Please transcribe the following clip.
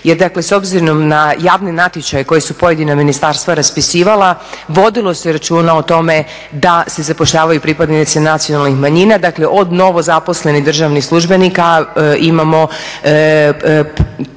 Jer dakle s obzirom na javne natječaje koja su pojedina ministarstva raspisivala vodilo se računa o tome da se zapošljavaju pripadnici nacionalnih manjina. Dakle, od novozaposlenih državnih službenika imamo